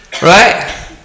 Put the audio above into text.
Right